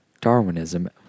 darwinism